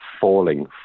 falling